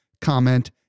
comment